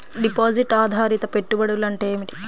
Deposit ఆధారిత పెట్టుబడులు అంటే ఏమిటి?